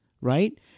right